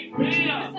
real